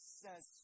says